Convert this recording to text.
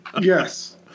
Yes